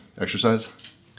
exercise